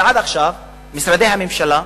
אבל עד עכשיו, משרדי הממשלה,